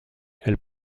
elle